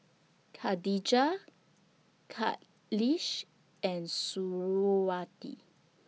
Khadija Khalish and Suriawati